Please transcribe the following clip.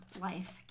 life